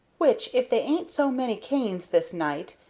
which, if they ain't so many cainses this night,